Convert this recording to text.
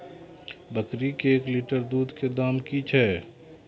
बकरी के एक लिटर दूध दाम कि छ?